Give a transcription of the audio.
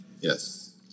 yes